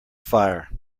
fire